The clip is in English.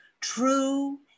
true